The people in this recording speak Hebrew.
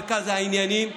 מרכז העניינים,